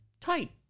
Tight